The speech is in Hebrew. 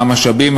שבה המשאבים,